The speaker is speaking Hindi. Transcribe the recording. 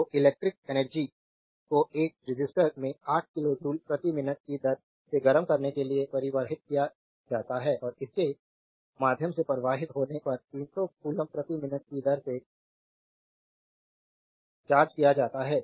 तो इलेक्ट्रिक एनर्जी को एक रिजिस्टर में 8 किलो जूल प्रति मिनट की दर से गर्म करने के लिए परिवर्तित किया जाता है और इसके माध्यम से प्रवाहित होने पर 300 कूलम्ब प्रति मिनट की दर से चार्ज किया जाता है